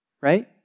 Right